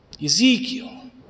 Ezekiel